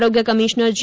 આરોગ્ય કમિશ્નર જે